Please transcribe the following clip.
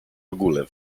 ogóle